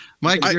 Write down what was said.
Mike